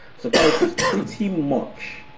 so guys is pretty much.